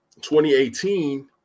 2018